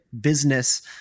business